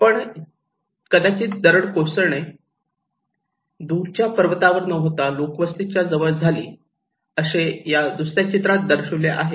पण कदाचित दरड कोसळणे दुरच्या पर्वतावर न होता लोकवस्तीच्या जवळ झाली असे या दुसऱ्या चित्रात दर्शविले आहे